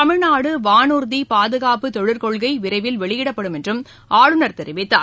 தமிழ்நாடு வானூர்தி பாதுகாப்புத் தொழிற்கொள்கை விரைவில் வெளியிடப்படும் என்றும் ஆளுநர் தெரிவித்தார்